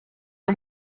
are